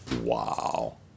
Wow